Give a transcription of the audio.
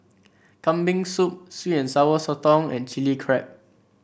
Kambing Soup sweet and Sour Sotong and Chili Crab